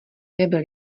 nebyl